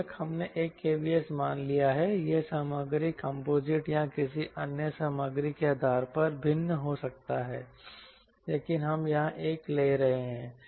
बेशक हमने 1 Kvs मान लिया है यह सामग्री कंपोजिट या किसी अन्य सामग्री के आधार पर भिन्न हो सकता है लेकिन हम यहां 1 ले रहे हैं